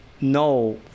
no